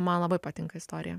man labai patinka istorija